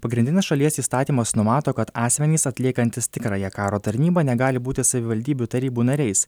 pagrindinis šalies įstatymas numato kad asmenys atliekantys tikrąją karo tarnybą negali būti savivaldybių tarybų nariais